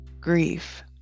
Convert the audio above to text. grief